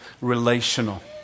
relational